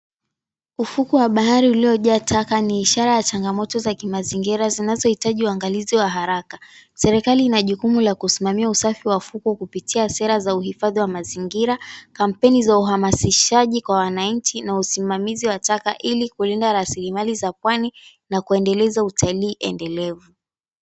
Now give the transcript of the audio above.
Ufukwe wa bahari uliojaa taka ni ishara ya changamoto za kimazingira zinazohitaji unangalizi wa haraka. Serikali ina jukumu ya kusimamia usafi wa fukwe kupitia sera za uhifadhi wa mazingira, kampeni za uhamasisaji kwa wananchi na usimamizi wa taka ili kulinda raslimali za pwani na kuendeleza utalii endelevu.